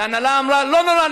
וההנהלה אמרה: לא נורא,